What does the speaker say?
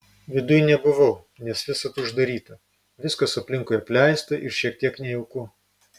viduj nebuvau nes visad uždaryta viskas aplinkui apleista ir šiek tiek nejauku